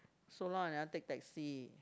so long I never take taxi